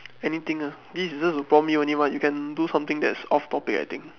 anything ah this is just to prompt you only [one] what you can do something that's off-topic I think